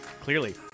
Clearly